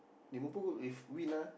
Liverpool if win ah